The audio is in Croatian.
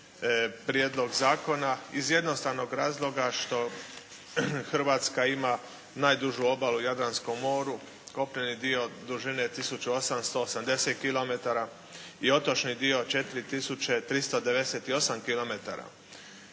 prijedlog zakona iz jednostavnog razloga što Hrvatska ima najdužu obalu u Jadranskom moru – kopneni dio dužine 1880 km i otočni dio 4398 km.